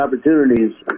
opportunities